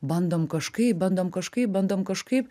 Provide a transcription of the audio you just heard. bandom kažkaip bandom kažkaip bandom kažkaip